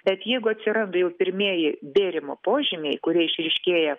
bet jeigu atsiranda jau pirmieji bėrimo požymiai kurie išryškėja